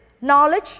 knowledge